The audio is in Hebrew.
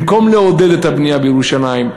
במקום לעודד את הבנייה בירושלים,